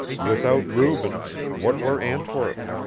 without rubens, what were antwerp?